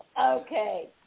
Okay